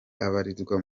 abarizwa